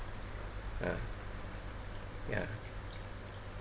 uh ya